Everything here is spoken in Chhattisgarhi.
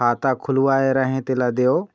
खाता खुलवाय रहे तेला देव?